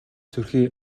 сүрхий